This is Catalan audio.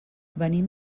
venim